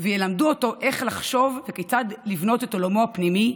וילמדו אותו איך לחשוב וכיצד לבנות את עולמו הפנימי,